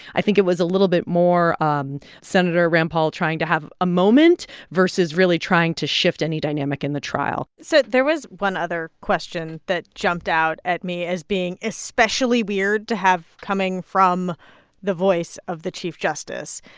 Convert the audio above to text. i think it was a little bit more um senator rand paul trying to have a moment versus really trying to shift any dynamic in the trial so there was one other question that jumped out at me as being especially weird to have coming from the voice of the chief justice,